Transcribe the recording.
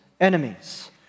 enemies